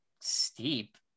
steep